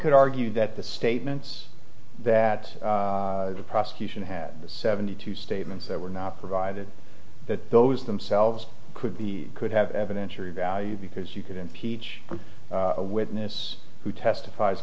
could argue that the statements that the prosecution had seventy two statements that were not provided that those themselves could be could have evidence or value because you couldn't peach from a witness who testifies